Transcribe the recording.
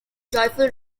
joyful